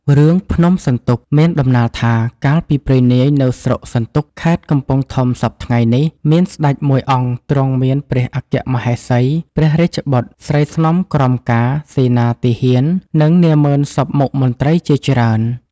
រឿង ភ្នំសន្ទុកមានដំណាលថា កាលពីព្រេងនាយនៅស្រុកសន្ទុក ខេត្តកំពង់ធំសព្វថ្ងៃនេះ មានស្ដេចមួយអង្គ ទ្រង់មានព្រះអគ្គមហេសី ព្រះរាជបុត្រ ស្រីស្នំក្រមការ សេនាទាហាន និងនាហ្មឺនសព្វមុខមន្ត្រី ជាច្រើន។